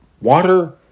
water